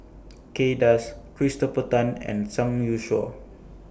Kay Das Christopher Tan and Zhang Youshuo